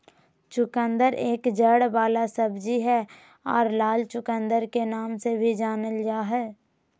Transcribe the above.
चुकंदर एक जड़ वाला सब्जी हय आर लाल चुकंदर के नाम से भी जानल जा हय